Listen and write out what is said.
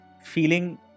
feeling